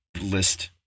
list